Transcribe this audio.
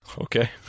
Okay